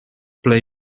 plej